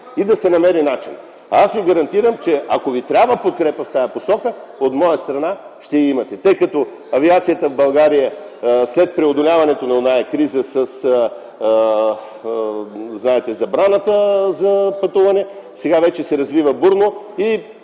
и да се намери начин. Аз Ви гарантирам, че ако Ви трябва подкрепа в тази посока, от моя страна ще я имате, тъй като авиацията в България след преодоляването на онази криза, знаете забраната за пътуване, сега вече се развива бурно и